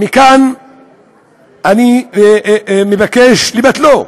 ולכן אני מבקש לבטלו.